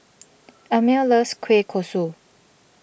Amir loves Kueh Kosui